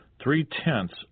three-tenths